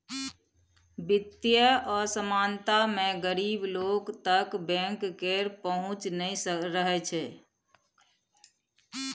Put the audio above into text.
बित्तीय असमानता मे गरीब लोक तक बैंक केर पहुँच नहि रहय छै